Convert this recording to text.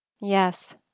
Yes